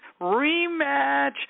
rematch